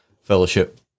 fellowship